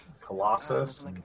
Colossus